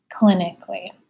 clinically